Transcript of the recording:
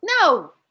no